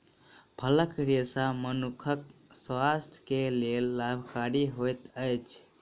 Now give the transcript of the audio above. फलक रेशा मनुखक स्वास्थ्य के लेल लाभकारी होइत अछि